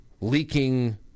leaking